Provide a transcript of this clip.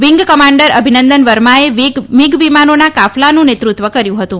wing commander Abhinandan વર્માએ MiG વિમાનોના કાફલાનું નેતૃત્વ કર્યું હતું